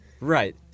Right